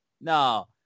no